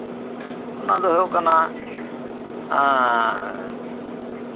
ᱚᱱᱟ ᱫᱚ ᱦᱳᱭᱳᱜ ᱠᱟᱱᱟ